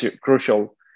crucial